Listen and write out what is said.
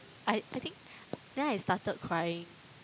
I I think then I started crying